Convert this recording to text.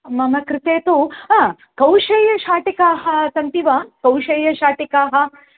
मम कृते तु हा कौशेयशाटिकाः सन्ति वा कौशेयशाटिकाः